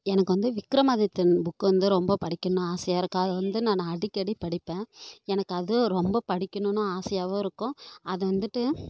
எனக்கு வந்து விக்ரமாதித்தியன் புக்கு வந்து ரொம்ப படிக்கணும்னு ஆசையாருக்கு அதை வந்து நான் அடிக்கடி படிப்பேன் எனக்கு அது ரொம்ப படிக்கணும்னு ஆசையாகருக்கும் அது வந்துட்டு